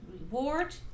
reward